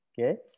Okay